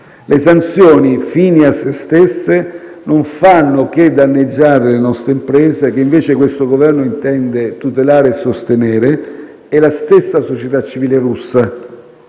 le sanzioni fini a se stesse non fanno che danneggiare le nostre imprese, che invece questo Governo intende tutelare e sostenere, e la stessa società civile russa.